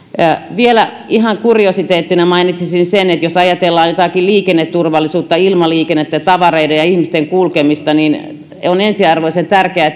vielä ihan kuriositeettina mainitsisin sen että jos ajatellaan liikenneturvallisuutta ilmaliikennettä tavaroiden ja ihmisten kulkemista niin on ensiarvoisen tärkeää